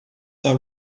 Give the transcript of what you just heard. are